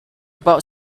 bought